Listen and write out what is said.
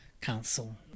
Council